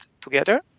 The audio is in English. together